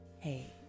Hey